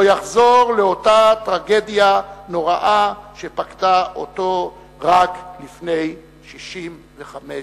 יחזור לאותה טרגדיה נוראה שפקדה אותו רק לפני 65 שנה.